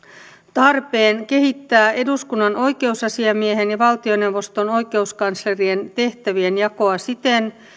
tarpeen kehittää eduskunnan oikeusasiamiehen ja valtioneuvoston oikeuskanslerien tehtävien jakoa siten